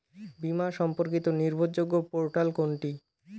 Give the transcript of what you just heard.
বীমা সম্পর্কিত নির্ভরযোগ্য পোর্টাল কোনটি?